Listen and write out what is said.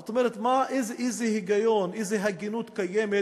זאת אומרת, איזה היגיון, איזו הגינות קיימת?